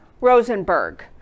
Rosenberg